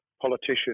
politician